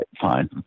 fine